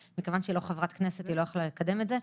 ומכיוון שהיא לא חברת כנסת היא לא יכלה לקדם את זה,